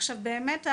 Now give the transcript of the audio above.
עכשיו באמת,